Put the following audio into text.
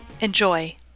Enjoy